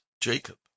Jacob